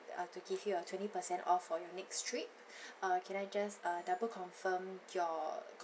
uh to give you a twenty percent off for your next trip uh can I just uh double confirm your